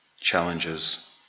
challenges